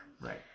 Right